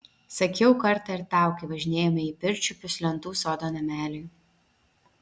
sakiau kartą ir tau kai važinėjome į pirčiupius lentų sodo nameliui